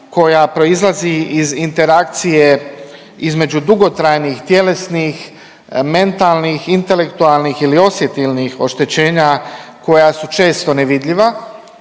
koja proizlazi iz interakcije između dugotrajnih tjelesnih, mentalnih, intelektualnih ili osjetilnih oštećenja koja su često nevidljiva